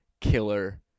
killer